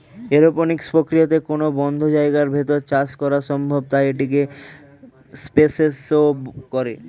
aeroponics প্রক্রিয়াতে কোনো বদ্ধ জায়গার ভেতর চাষ করা সম্ভব তাই এটি স্পেসেও করে